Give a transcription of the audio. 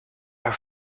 are